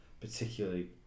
particularly